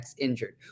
injured